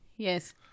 Yes